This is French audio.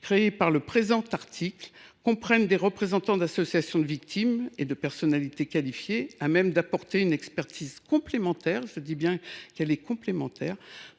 créée par l’article 24 comprenne des représentants d’association de victimes et des personnalités qualifiées à même d’apporter une expertise complémentaire – j’y insiste, complémentaire